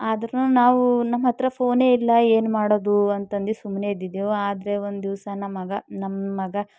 ಆದರೂ ನಾವು ನಮ್ಮ ಹತ್ರ ಫೋನೇ ಇಲ್ಲ ಏನು ಮಾಡೋದು ಅಂತಂದು ಸುಮ್ಮನೆ ಇದ್ದಿದ್ದೆವು ಆದರೆ ಒಂದಿವಸ ನಮ್ಮ ಮಗ ನಮ್ಮ ಮಗ